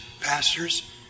pastors